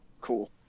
cool